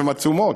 הן עצומות,